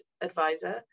Advisor